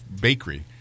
bakery